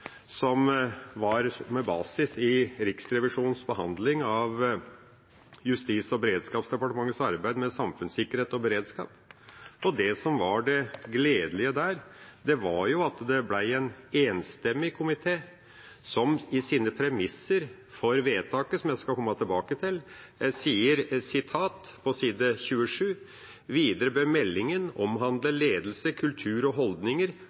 med basis i Riksrevisjonens behandling av Justis- og beredskapsdepartementets arbeid med samfunnssikkerhet og beredskap. Det som var det gledelige der, var jo at det ble en enstemmig komité som i sine premisser for vedtaket, som jeg skal komme tilbake til, sier på side 27: «Videre bør meldingen omhandle ledelse, kultur og holdninger